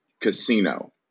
Casino